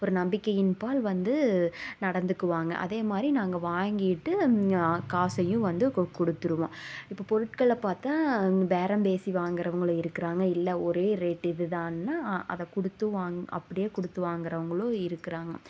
ஒரு நம்பிக்கையின்பால் வந்து நடந்துக்குவாங்க அதேமாதிரி நாங்கள் வாங்கிட்டு காசையும் வந்து குடு கொடுத்துருவோம் இப்போ பொருட்களை பார்த்தா பேரம்பேசி வாங்குறவங்களும் இருக்கிறாங்க இல்லை ஒரே ரேட்டு இதுதான்னால் அதை கொடுத்து வாங் அப்டேயே கொடுத்து வாங்குறவங்களும் இருக்கிறாங்க